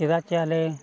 ᱪᱮᱫᱟᱜ ᱪᱮ ᱟᱞᱮ